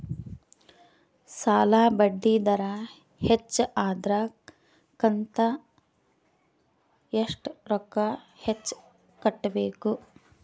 ಸಾಲಾ ಬಡ್ಡಿ ದರ ಹೆಚ್ಚ ಆದ್ರ ಕಂತ ಎಷ್ಟ ರೊಕ್ಕ ಹೆಚ್ಚ ಕಟ್ಟಬೇಕು?